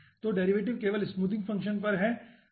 तो डेरिवेटिव केवल smoothing function पर है ठीक है